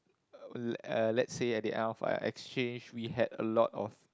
uh uh let's say at the end of our exchange we had a lot of